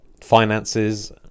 finances